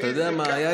איזו כאפה לתת.